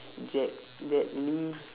jet jet li